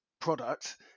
product